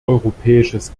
europäisches